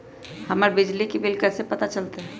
हमर बिजली के बिल कैसे पता चलतै?